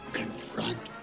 confront